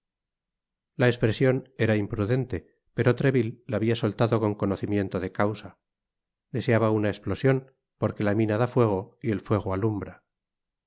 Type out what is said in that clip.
la espresion era imprudente pero treville la habia soltado con conocimiento de causa deseaba una esplosion porque la mina dá fuego y el fuego alumbra